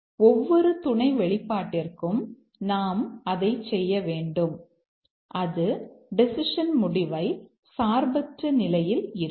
ஒவ்வொரு துணை வெளிப்பாட்டிற்கும் நாம் அதைச் செய்ய வேண்டும் அது டெசிஷன் முடிவை சார்பற்ற நிலையில் இருக்கும்